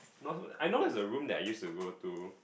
not so I know there's a room I used to go to